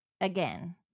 again